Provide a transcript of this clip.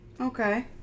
Okay